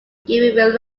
given